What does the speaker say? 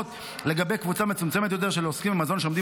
לגבי קבוצה מצומצמת יותר של עוסקים במזון שעומדים